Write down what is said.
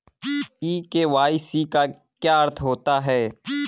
ई KYC का क्या अर्थ होता है?